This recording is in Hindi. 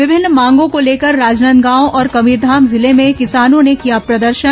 विभिन्न मांगों को लेकर राजनांदगांव और कबीरघाम जिले में किसानों ने किया प्रदर्शन